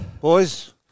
boys